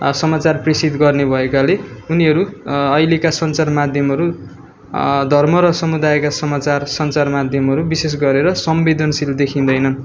समाचार प्रेषित गर्ने भएकाले उनीहरू अहिलेका सञ्चार माध्यमहरू धर्म र समुदायका समाचार सञ्चार माध्यमहरू विशेष गरेर संवेदनशील देखिँदैनन्